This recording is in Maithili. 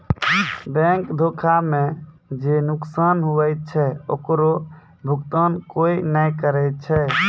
बैंक धोखा मे जे नुकसान हुवै छै ओकरो भुकतान कोय नै करै छै